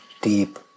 deep